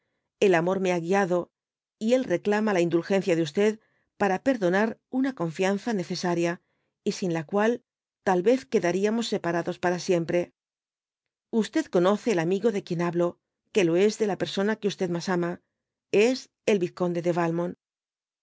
el amor me ha guiado y él reclama la indulgencia de para perdonar una confianza necesaria y sin la cual tal vez quedaríamos separados para siempre k conoce el amigo de quien hablo que lo es de la persona que fí mas ama es el vizconde de